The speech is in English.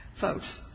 folks